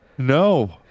No